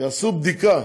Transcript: יעשו בדיקה